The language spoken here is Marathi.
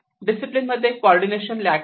डिसिप्लिन मध्ये कॉर्डीनेशन ल्याक असते